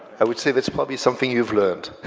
i would say that's probably something you've learned.